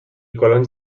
colons